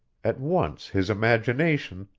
at once his imagination,